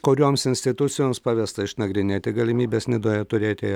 kurioms institucijoms pavesta išnagrinėti galimybes nidoje turėti